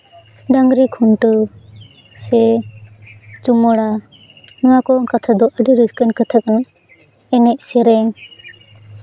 ᱰᱟᱝᱨᱤ ᱠᱷᱩᱱᱴᱟᱹᱣ ᱥᱮ ᱪᱩᱢᱟᱹᱲᱟ ᱱᱚᱣᱟ ᱠᱚ ᱠᱟᱛᱷᱟ ᱫᱚ ᱟᱹᱰᱤ ᱨᱟᱹᱥᱠᱟᱹᱣᱟᱱ ᱠᱟᱛᱷᱟ ᱠᱟᱱᱟ ᱮᱱᱮᱡ ᱥᱮᱨᱮᱧ